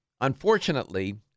unfortunately